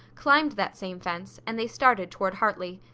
climbed that same fence, and they started toward hartley.